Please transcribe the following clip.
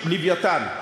"לווייתן".